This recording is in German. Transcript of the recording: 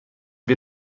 wir